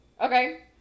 Okay